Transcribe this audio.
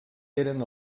eren